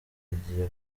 rigiye